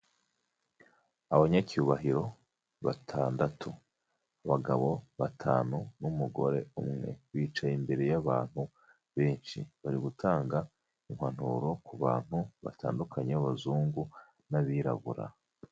Abanyacyubahiro batandatu, abagabo batanu n'umugore umwe, bicaye imbere y'abantu benshi, bari gutanga impanuro ku bantu batandukanye b'abazungu n'abirabura.